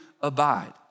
abide